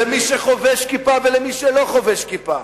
למי שחובש כיפה ולמי שלא חובש כיפה,